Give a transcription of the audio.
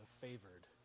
favored